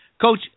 Coach